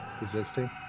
Resisting